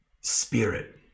spirit